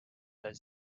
less